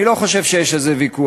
אני לא חושב שיש על זה ויכוח.